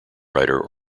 writer